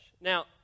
Now